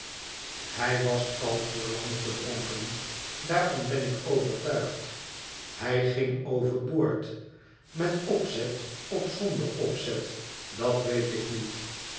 hij was al voor l lang verdronken daarvan ben ik overtuigd hij ging over boord met opzet of zonder opzet dat weet ik niet